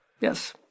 Yes